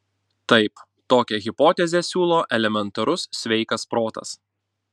taip tokią hipotezę siūlo elementarus sveikas protas